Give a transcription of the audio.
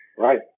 Right